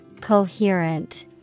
Coherent